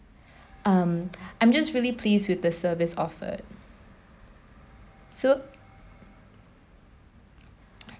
um I'm just really pleased with the service offered so~